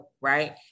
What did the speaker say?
right